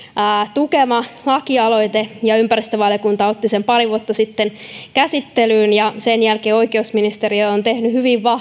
tukema lakialoite ympäristövaliokunta otti sen pari vuotta sitten käsittelyyn ja sen jälkeen oikeusministeriö on tehnyt hyvin